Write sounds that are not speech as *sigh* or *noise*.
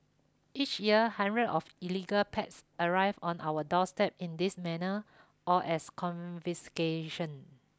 each year *unintelligible* of illegal pets arrive on our doorstep in this manner or as confiscations